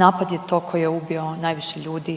Napad je to koji je ubio najviše ljudi